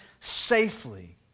safely